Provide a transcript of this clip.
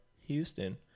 Houston